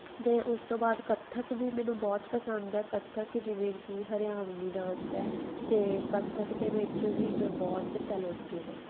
ਅਤੇ ਉਸ ਤੋਂ ਬਾਅਦ ਕੱਥਕ ਵੀ ਮੈਨੂੰ ਬਹੁਤ ਪਸੰਦ ਹੈ ਕੱਥਕ ਜਿਵੇਂ ਕਿ ਹਰਿਆਣਵੀ ਡਾਂਸ ਹੈ ਅਤੇ ਕੱਥਕ ਦੇ ਵਿੱਚ ਵੀ ਮੈਂ ਬਹੁਤ ਟੈਲੈਂਟੇਡ ਹਾਂ